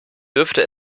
dürfte